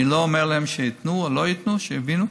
אני לא אומר להם שייתנו או לא ייתנו, שיבינו.